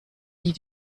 die